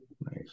nice